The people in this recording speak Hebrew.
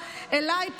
אליי,